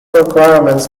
requirements